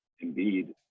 indeed